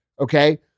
Okay